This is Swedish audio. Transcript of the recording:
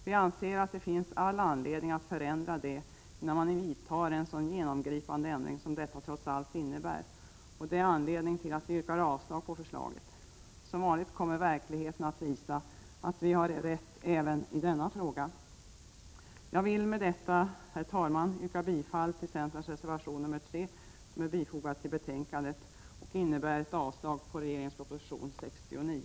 Vi anser att det finns all anledning att förändra det innan man gör en sådan genomgripande ändring som detta trots allt innebär, och det är anledningen till att vi yrkar avslag på förslaget. Som vanligt kommer verkligheten att visa att vi har rätt även i denna fråga. Jag vill med detta, herr talman, yrka bifall till centerns reservation nr 3, som är fogad till betänkandet och som innebär avslag på regeringens proposition 69.